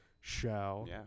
show